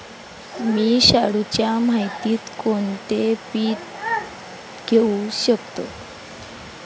मी शाडूच्या मातीत कोणते पीक घेवू शकतो?